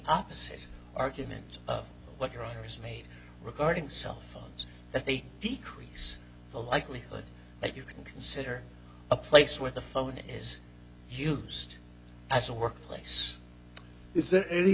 opposite argument of what your iris made regarding cell phones that they decrease the likelihood that you can consider a place where the phone is used as a work place is there any